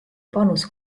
panus